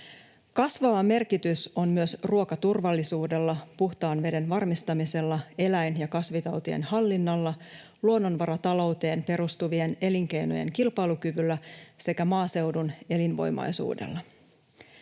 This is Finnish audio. Kasvava merkitys on myös ruokaturvallisuudella, puhtaan veden varmistamisella, eläin- ja kasvitautien hallinnalla, luonnonvaratalouteen perustuvien elinkeinojen kilpailukyvyllä sekä maaseudun elinvoimaisuudella.